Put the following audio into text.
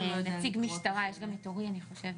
יש גם נציג משטרה, יש גם את אורי, אני חושבת,